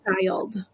child